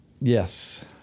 Yes